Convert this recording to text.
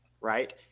right